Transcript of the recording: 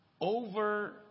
over